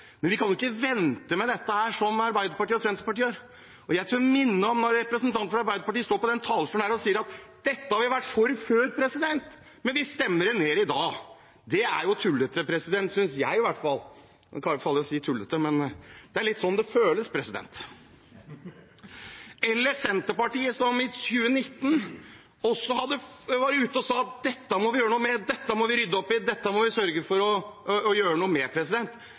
men vi kan ikke vente med dette, sånn Arbeiderpartiet og Senterpartiet gjør. Jeg tør minne om at representanten fra Arbeiderpartiet står på denne talerstolen og sier at de har vært for dette før, men at de stemmer det ned i dag. Det er tullete, synes i hvert fall jeg. Det er kanskje farlig å si tullete, men det er litt sånn det føles. Senterpartiet var også ute i 2019 og sa at vi må rydde opp i dette, og at vi må sørge for å gjøre noe med